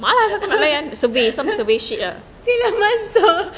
sila masuk